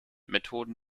methoden